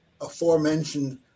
aforementioned